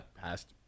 Passed